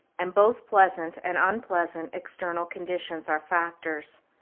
and both pleasant and unpleasant external conditions are factors,